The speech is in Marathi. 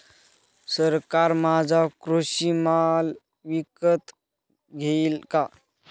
सरकार माझा कृषी माल विकत घेईल का?